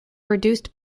reduced